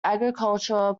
agricultural